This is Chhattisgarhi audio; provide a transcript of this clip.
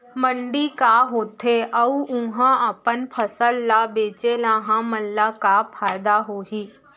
मंडी का होथे अऊ उहा अपन फसल ला बेचे ले हमन ला का फायदा होही?